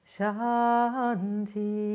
Shanti